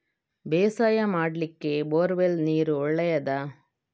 ಬೇಸಾಯ ಮಾಡ್ಲಿಕ್ಕೆ bore well ನೀರು ಒಳ್ಳೆಯದಾ?